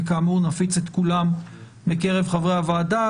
וכאמור נפיץ את כולם בקרב חברי הוועדה,